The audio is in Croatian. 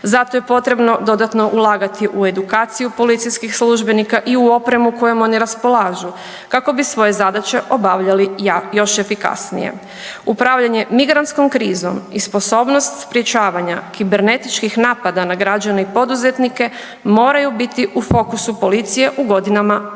zato je potrebno dodatno ulagati u edukaciju policijskih službenika i u opremu kojom oni raspolažu kako bi svoje zadaće obavljali još efikasnije. Upravljanje migrantskom krizom i sposobnost sprječavanje kibernetičkih napada na građane i poduzetnike moraju biti u fokusu policije u godinama pred